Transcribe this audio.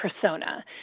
persona